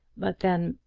but, then,